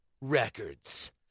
Records